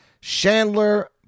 Chandler